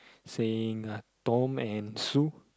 saying uh Tom and Sue